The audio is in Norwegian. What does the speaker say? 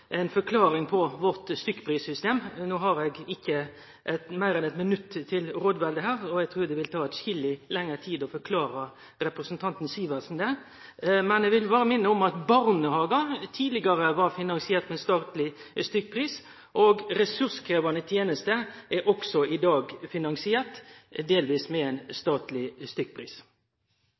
forklaring på vårt stykkprissystem. No har eg ikkje meir enn 1 minutt til rådvelde her, og eg trur det vil ta atskilleg lengre tid å forklare representanten Sivertsen dette. Men eg vil berre minne om at barnehagar tidlegare var finansierte med statleg stykkpris, og ressurskrevjande tenester er òg i dag delvis finansierte med ein statleg stykkpris.